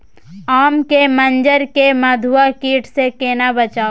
आम के मंजर के मधुआ कीट स केना बचाऊ?